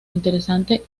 interesante